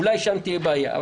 אולי שם תהיה בעיה,